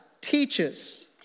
teaches